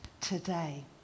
today